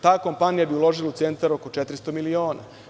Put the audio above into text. Ta kompanija bi uložila u Centar oko 400 miliona.